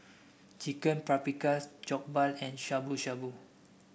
Chicken Paprikas Jokbal and Shabu Shabu